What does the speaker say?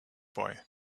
boy